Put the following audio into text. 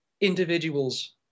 individuals